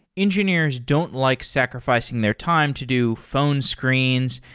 engineers don't like sacrifi cing their time to do phone screens,